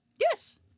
Yes